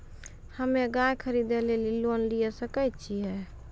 हम्मे गाय खरीदे लेली लोन लिये सकय छियै?